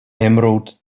emerald